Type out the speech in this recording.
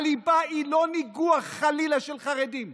הליבה היא לא ניגוח, חלילה, של חרדים,